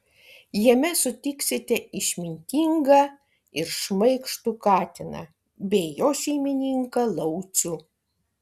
jame sutiksite išmintingą ir šmaikštų katiną bei jo šeimininką laucių